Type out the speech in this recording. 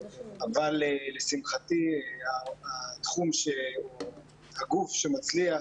אבל, לשמחתי, הגוף שמצליח